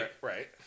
right